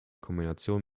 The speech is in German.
kombination